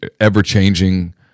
ever-changing